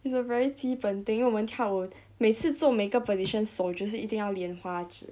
it's a very 基本 thing 因为我们跳舞每次做每个 position 手就是一定要莲花指